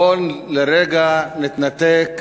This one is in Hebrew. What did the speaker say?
בואו לרגע נתנתק